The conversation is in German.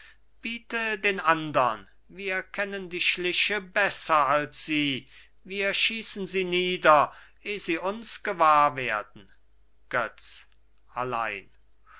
biete den andern wir kennen die schliche besser als sie wir schießen sie nieder eh sie uns gewahr werden götz